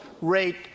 rate